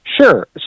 Sure